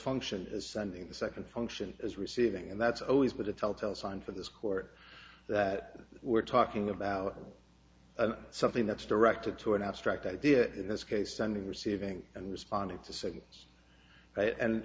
function is sending the second function as receiving and that's always been a telltale sign for this court that we're talking about something that's directed to an abstract idea in this case sending receiving and responding to si